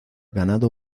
ganado